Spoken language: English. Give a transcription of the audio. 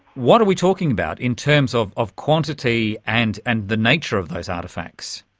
what are we talking about in terms of of quantity and and the nature of those artefacts?